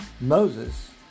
Moses